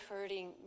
hurting